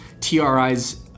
TRIs